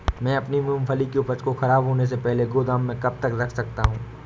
मैं अपनी मूँगफली की उपज को ख़राब होने से पहले गोदाम में कब तक रख सकता हूँ?